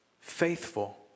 faithful